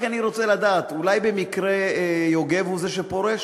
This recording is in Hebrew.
רק אני רוצה לדעת, אולי במקרה יוגב הוא זה שפורש?